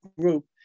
group